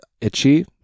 itchy